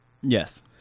Yes